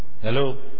Hello